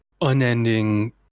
unending